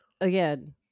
again